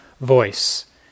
voice